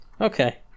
Okay